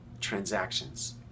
transactions